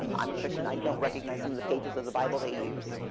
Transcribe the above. um i'm a christian. i don't recognize some of the pages of the bible they use.